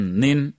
nin